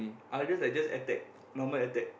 others I just attack normal attack